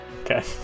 Okay